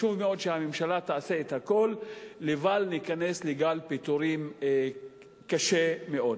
חשוב מאוד שהממשלה תעשה את הכול לבל ניכנס לגל פיטורים קשה מאוד.